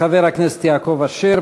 חבר הכנסת יעקב אשר,